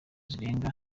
zirenga